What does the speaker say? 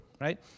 right